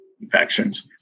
infections